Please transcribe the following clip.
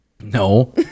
no